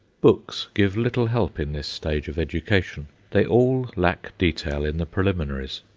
books give little help in this stage of education they all lack detail in the preliminaries.